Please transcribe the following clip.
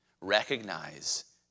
Recognize